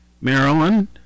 Maryland